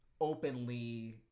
openly